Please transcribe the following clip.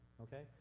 Okay